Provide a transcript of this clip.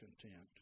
content